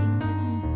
Imagine